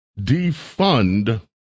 defund